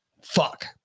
fuck